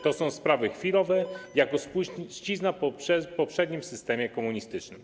To są sprawy chwilowe, jako spuścizna po poprzednim systemie komunistycznym.